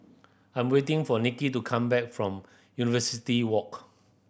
I'm waiting for Niki to come back from University Walk